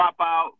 dropout